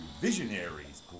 Visionaries